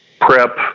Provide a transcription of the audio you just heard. prep